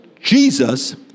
Jesus